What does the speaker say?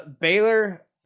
Baylor